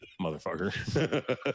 Motherfucker